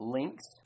links